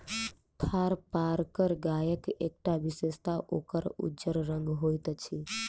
थारपारकर गायक एकटा विशेषता ओकर उज्जर रंग होइत अछि